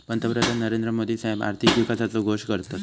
पंतप्रधान नरेंद्र मोदी साहेब आर्थिक विकासाचो घोष करतत